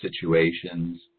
Situations